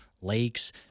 lakes –